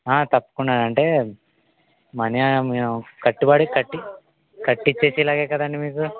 తప్పకుండా అంటే మనీ మేం కట్టిబడి కట్టి కట్టిచేసేలాగే కదండి మీకు